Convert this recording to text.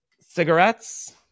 cigarettes